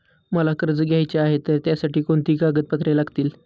मला कर्ज घ्यायचे आहे तर त्यासाठी कोणती कागदपत्रे लागतील?